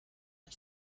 den